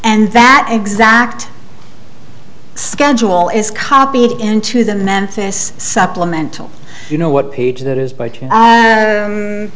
and that exact schedule is copied into the memphis supplemental you know what page that is by two